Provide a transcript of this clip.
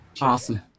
Awesome